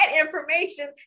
information